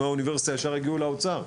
מהאוניברסיטה ישר הגיעו לאוצר,